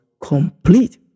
complete